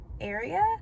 area